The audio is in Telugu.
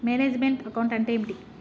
మేనేజ్ మెంట్ అకౌంట్ అంటే ఏమిటి?